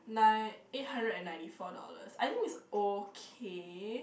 nine eight hundred and ninety four dollars I think it's okay